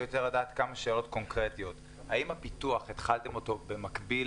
לדעת כמה שאלות קונקרטיות: האם התחלתם את הפיתוח במקביל